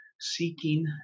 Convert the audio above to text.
seeking